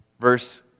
Verse